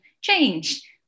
change